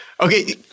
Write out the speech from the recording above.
Okay